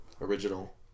original